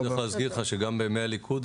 אני רוצה להזכיר לך שגם בימי הליכוד,